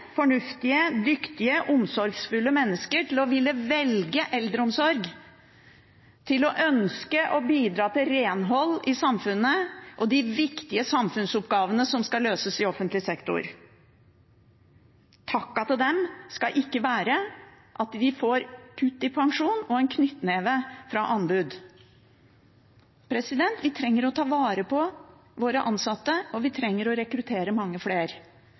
fornuftige, dyktige, omsorgsfulle mennesker til å ville velge å jobbe i eldreomsorgen, til å ønske å bidra til renhold i samfunnet og de viktige samfunnsoppgavene som skal løses i offentlig sektor. Takken til dem skal ikke være at de får kutt i pensjonen og en knyttneve fra anbud. Vi trenger å ta vare på våre ansatte, og vi trenger å rekruttere mange